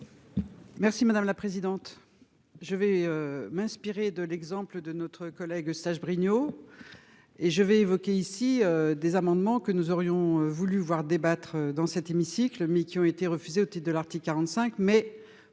Merci madame la présidente. Je vais m'inspirer de l'exemple de notre collègue Eustache-Brinio. Et je vais évoquer ici des amendements que nous aurions voulu voir débattre dans cet hémicycle ont été refusées de l'Arctique 45